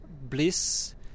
bliss